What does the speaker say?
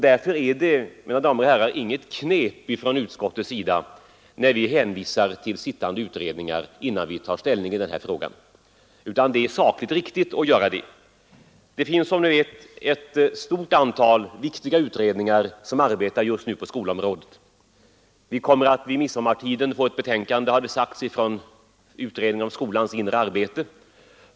Därför är det, mina damer och herrar, inget knep från utskottets sida när vi hänvisar till sittande utredningar innan vi vill ta ställning i denna fråga, utan det är sakligt riktigt att göra så. Som vi vet arbetar just nu ett stort antal viktiga utredningar på skolområdet. Vid midsommartiden kommer vi att få ett betänkande, har det sagts, från utredningen om skolans inre arbete.